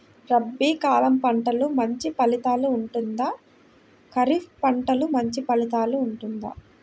రబీ కాలం పంటలు మంచి ఫలితాలు ఉంటుందా? ఖరీఫ్ పంటలు మంచి ఫలితాలు ఉంటుందా?